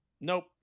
Nope